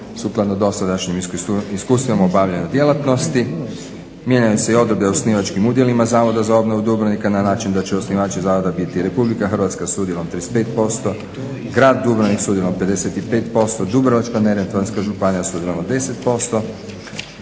i sukladno dosadašnjim iskustvima obavljanja djelatnosti. Mijenjaju se i odredbe o osnivačkim udjelima Zavoda za obnovu Dubrovnika na način da će osnivači zavoda biti Republika Hrvatska s udjelom 35%, grad Dubrovnik s udjelom 55%, Dubrovačko-neretvanska županija s udjelom od